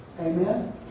Amen